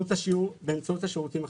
באמצעות השירותים החברתיים.